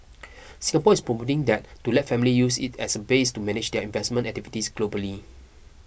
Singapore is promoting that to let families use it as a base to manage their investment activities globally